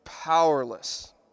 powerless